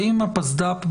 האם הפסד"פ,